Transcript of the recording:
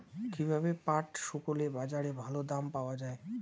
কীভাবে পাট শুকোলে বাজারে ভালো দাম পাওয়া য়ায়?